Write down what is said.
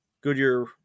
Goodyear